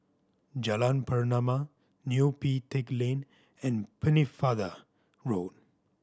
Jalan Pernama Neo Pee Teck Lane and Pennefather Road